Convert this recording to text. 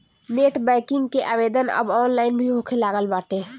net banking कअ आवेदन अब ऑनलाइन भी होखे लागल बाटे